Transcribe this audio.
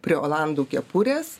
prie olandų kepurės